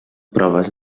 proves